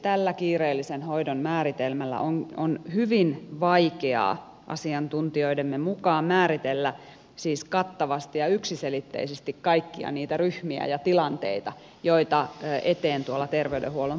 tällä kiireellisen hoidon määritelmällä on hyvin vaikeaa asiantuntijoidemme mukaan määritellä siis kattavasti ja yksiselitteisesti kaikkia niitä ryhmiä ja tilanteita joita tuolla terveydenhuollon puolella eteen tulee